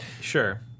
sure